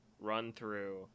run-through